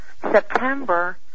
September